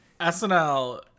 snl